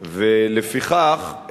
לפיכך,